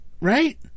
Right